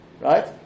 Right